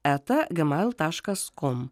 eta gmail taškas kom